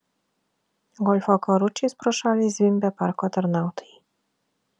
golfo karučiais pro šalį zvimbė parko tarnautojai